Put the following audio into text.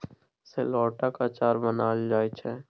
शेलौटक अचार बनाएल जाइ छै